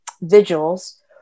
vigils